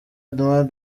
adam